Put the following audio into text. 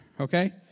okay